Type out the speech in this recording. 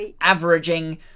averaging